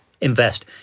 invest